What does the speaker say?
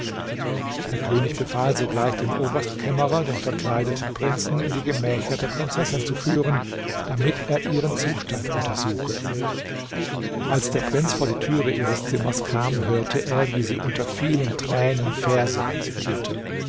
der könig befahl sogleich dem oberstkämmerer den verkleideten prinzen in die gemächer der prinzessin zu führen damit er ihren zustand untersuche als der prinz vor die türe ihres zimmers kam hörte er wie sie unter vielen tränen verse rezitierte